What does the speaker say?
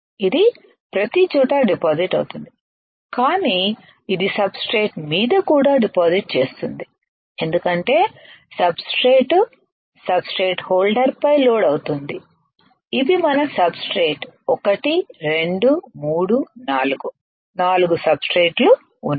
ఇది ప్రతిచోటా డిపాజిట్ అవుతుంది కాని ఇది సబ్స్ట్రేట్ మీద కూడా డిపాజిట్ చేస్తుంది ఎందుకంటే సబ్స్ట్రేట్లు సబ్స్ట్రేట్ హోల్డర్పై లోడ్ అవుతుంది ఇవి మన సబ్స్ట్రేట్ ఒకటి 2 3 4 4 సబ్స్ట్రేట్లు ఉన్నాయి